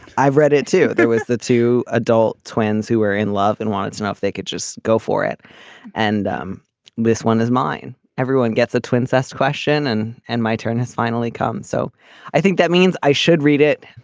i've read it too. there was the two adult twins who were in love and wanted to know if they could just go for it and um this one is mine. everyone gets a twins last question and and my turn has finally come. so i think that means i should read it.